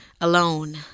alone